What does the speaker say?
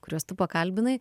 kuriuos tu pakalbinai